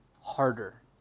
harder